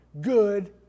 good